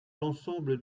l’ensemble